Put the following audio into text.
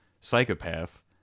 psychopath